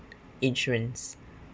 insurance